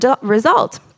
result